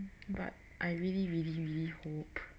but I really really really hope